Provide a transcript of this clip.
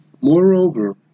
Moreover